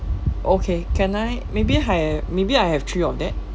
okay can I maybe I maybe I have three of that